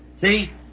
See